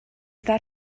that